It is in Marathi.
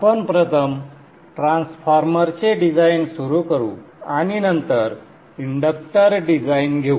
आपण प्रथम ट्रान्सफॉर्मरचे डिझाइन सुरू करू आणि नंतर इंडक्टर डिझाइन घेऊ